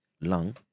lung